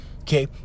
Okay